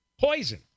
Poison